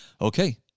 Okay